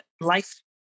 life